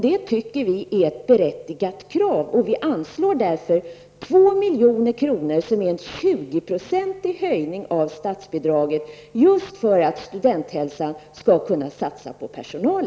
Vi tycker att det är ett berättigat krav och föreslår därför att 2 miljoner skall anslås för detta ändamål. Det innebär en höjning av statsbidraget till studerandehälsovården med 20 %-- pengar som behövs för att Studenthälsan skall kunna satsa på sin personal.